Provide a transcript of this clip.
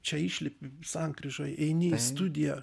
čia išlipi sankryžoj eini į studiją